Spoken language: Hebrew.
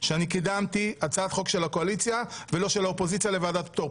שאני קידמתי הצעת חוק של הקואליציה ולא של האופוזיציה לוועדת פטור.